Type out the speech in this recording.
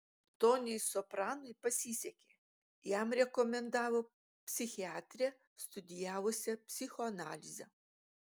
toniui sopranui pasisekė jam rekomendavo psichiatrę studijavusią psichoanalizę